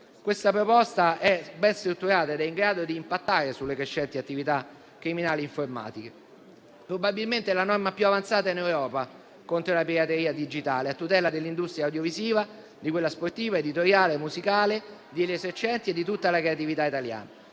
esame è ben strutturato ed è in grado di impattare sulle crescenti attività criminali informatiche. Probabilmente è la norma più avanzata in Europa contro la pirateria digitale, a tutela dell'industria audiovisiva, di quella sportiva, editoriale, musicale, degli esercenti e di tutta la creatività italiana.